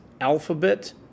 Alphabet